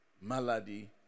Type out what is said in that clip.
malady